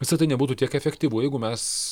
visa tai nebūtų tiek efektyvu jeigu mes